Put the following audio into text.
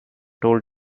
told